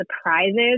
surprises